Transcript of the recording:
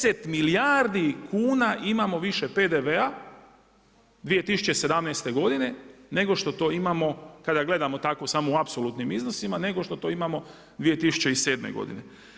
10 milijardi kuna imamo više PDV-a 2017. godine nego što to imamo kada gledamo tako samo u apsolutnim iznosima nego što to imamo 2007. godine.